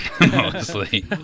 mostly